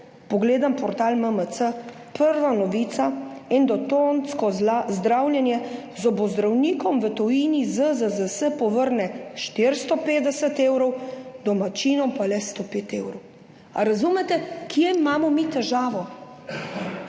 pogledam portal MMC, prva novica, endotonsko zdravljenje zobozdravnikom v tujini ZZZS povrne 450 evrov, domačinom pa le 105 evrov. A razumete kje imamo mi težavo?